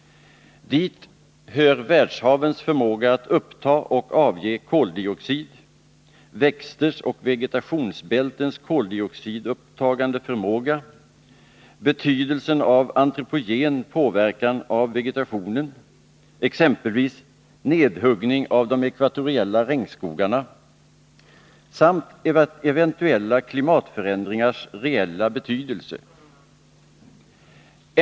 Dit hör världshavens förmåga att uppta och avge koldioxid, växters och vegetationsbältens koldioxidupptagande förmåga, betydelsen av antropogen påverkan av vegetationen — exempelvis nedhuggningen av de ekvatoriella regnskogarna — samt eventuella klimatförändringars reella betydelse.